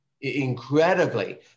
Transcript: incredibly